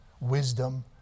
wisdom